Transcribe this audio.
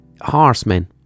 horsemen